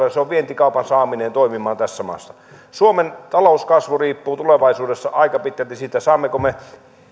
ja se on vientikaupan saaminen toimimaan tässä maassa suomen talouskasvu riippuu tulevaisuudessa aika pitkälti siitä saammeko me